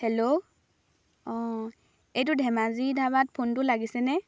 hello অঁ এইটো ধেমাজি ধাবাত ফোনটো লাগিছেনে